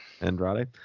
Andrade